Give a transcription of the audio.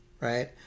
right